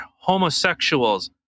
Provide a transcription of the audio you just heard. homosexuals